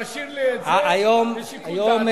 תשאיר לי את זה לשיקול דעת.